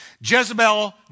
Jezebel